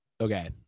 Okay